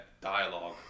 dialogue